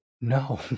no